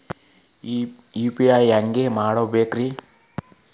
UPI ಹ್ಯಾಂಗ ಮಾಡ್ಕೊಬೇಕ್ರಿ?